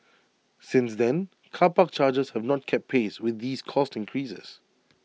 since then car park charges have not kept pace with these cost increases